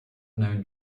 known